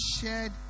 shared